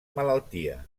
malaltia